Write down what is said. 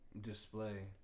display